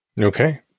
Okay